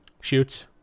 shoots